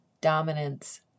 dominance